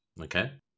Okay